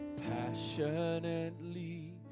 passionately